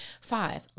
Five